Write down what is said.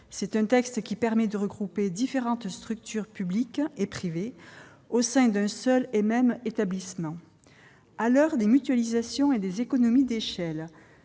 de ce texte permettra de regrouper différentes structures publiques et privées au sein d'un seul et même établissement. À l'heure des mutualisations et des économies d'échelle,